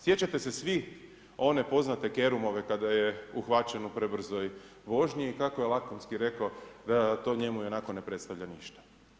Sjećate se svi one poznate Kerumove kad je uhvaćen u prebrzoj vožnji i kako je lakonski rekao da to njemu ionako ne predstavlja ništa.